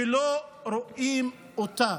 שלא רואים אותה.